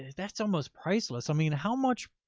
that's almost priceless. i mean, how much?